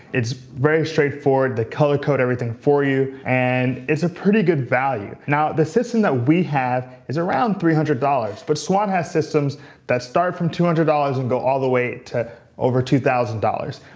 it's very straightforward, they color code everything for you, and it's a pretty good value. now the system that we have is around three hundred dollars. but swann has systems that start from two hundred dollars and go all the way to over two thousand dollars.